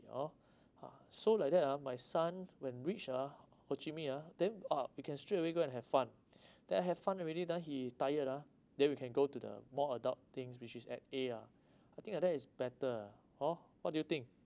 hor uh so like that ah my son when reach ah ho chi minh ah then uh we can straight away go and have fun then have fun already then he tired ah then we can go to the more adult things which is at a lah I think like that is better hor what do you think